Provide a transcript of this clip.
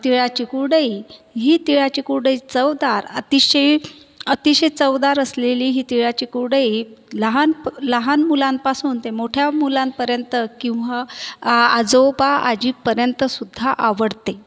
तिळाची कुरडई ही तिळाची कुरडई चवदार अतिशय अतिशय चवदार असलेली ही तिळाची कुरडई लहान प लहान मुलांपासून ते मोठ्या मुलांपर्यंत किंवा आ आजोबा आजी पर्यंतसुद्धा आवडते